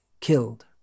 killed